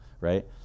Right